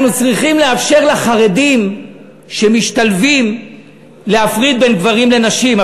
אנחנו צריכים לאפשר לחרדים שמשתלבים להפריד בין גברים לנשים,